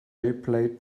played